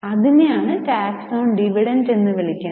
അതിനെ ആണ് tax on dividend എന്ന് വിളിക്കുന്നത്